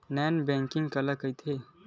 Non banking काला कइथे?